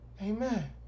amen